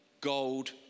gold